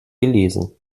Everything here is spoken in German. gelesen